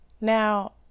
Now